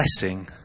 blessing